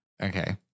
Okay